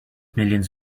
millions